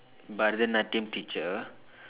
பரதநாட்டியம்:parathanaatdiyam teacher